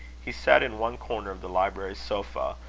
he sat in one corner of the library sofa,